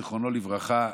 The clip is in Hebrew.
זיכרונו לברכה,